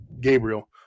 Gabriel